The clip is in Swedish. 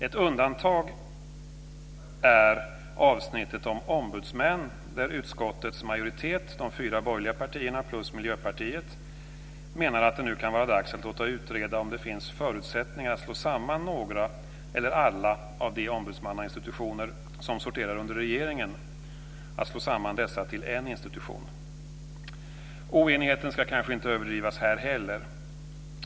Ett undantag är avsnittet om ombudsmän där utskottets majoritet - de fyra borgerliga partierna plus Miljöpartiet - menar att det nu kan vara dags att låta utreda om det finns förutsättningar att slå samman några eller alla av de ombudsmannainstitutioner som sorterar under regeringen till en institution. Oenigheten ska kanske inte överdrivas här heller.